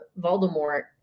Voldemort